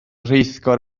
rheithgor